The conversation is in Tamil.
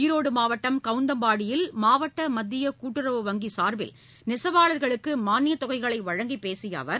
ஈரோடு மாவட்டம் கவுந்தபாடியில் மாவட்ட மத்திய கூட்டுறவு வங்கி சார்பில் நெசவாளர்களுக்கு மானியத் தொகைகளை வழங்கி பேசிய அவர்